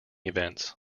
events